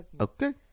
Okay